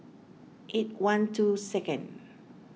eight one two second